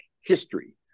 history